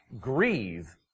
grieve